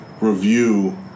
review